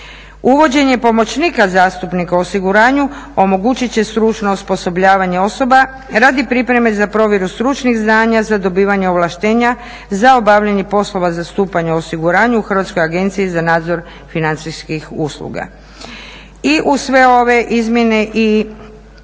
Uvođenje pomoćnika zastupnika u osiguranju omogućit će stručno osposobljavanje osoba radi pripreme za provjeru stručnih znanja za dobivanje ovlaštenja, za obavljanje poslova za stupanje osiguranju Hrvatske agencije za nadzor financijskih usluga. I uz sve ove izmjene i